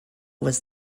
was